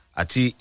ati